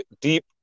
deep